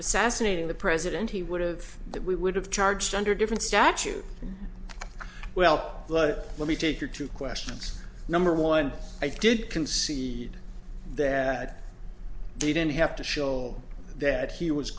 assassinating the president he would've that we would have charged under different statute well but let me take you to question number one i did concede that they didn't have to show that he was